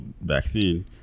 vaccine